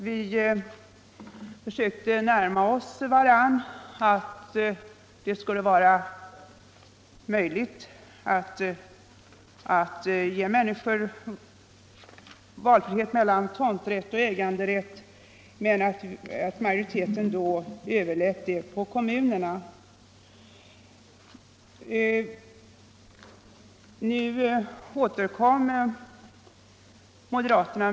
Vi försökte närma oss varandra och göra det möjligt att ge människor valfrihet mellan tomträtt och äganderätt, men majoriteten överlät på kommunerna att ta ställning.